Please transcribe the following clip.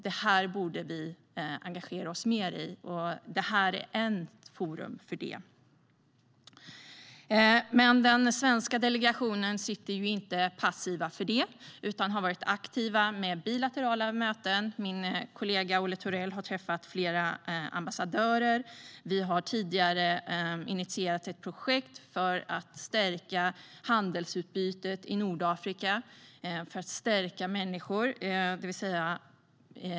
Det här borde vi engagera oss mer i, och detta är ett forum. I den svenska delegationen sitter vi dock inte passiva för det, utan vi har varit aktiva med bilaterala möten. Min kollega Olle Thorell har träffat flera ambassadörer. Vi har tidigare initierat ett projekt för att stärka handelsutbytet i Nordafrika och för att stärka människor.